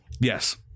Yes